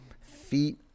Feet